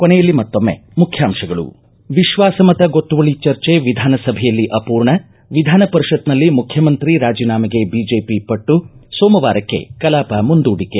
ಕೊನೆಯಲ್ಲಿ ಮತ್ತೊಮ್ಮೆ ಮುಖ್ಯಾಂಶಗಳು ವಿಶ್ವಾಸಮತ ಗೊತ್ತುವಳಿ ಚರ್ಚೆ ವಿಧಾನಸಭೆಯಲ್ಲಿ ಅಪೂರ್ಣ ವಿಧಾನಪರಿಷತ್ನಲ್ಲಿ ಮುಖ್ಯಮಂತ್ರಿ ರಾಜಿನಾಮೆಗೆ ಬಿಜೆಪಿ ಪಟ್ಟು ಸೋಮವಾರಕ್ಕೆ ಕಲಾಪ ಮುಂದೂಡಿಕೆ